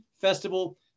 Festival